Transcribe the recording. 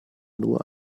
nur